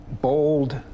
bold